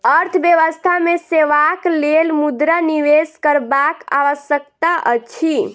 अर्थव्यवस्था मे सेवाक लेल मुद्रा निवेश करबाक आवश्यकता अछि